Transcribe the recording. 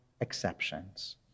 exceptions